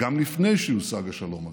גם לפני שיושג השלום הזה.